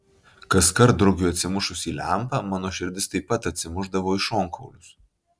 kaskart drugiui atsimušus į lempą mano širdis taip pat atsimušdavo į šonkaulius